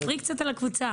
ירין, תספרי קצת על הקבוצה.